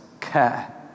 care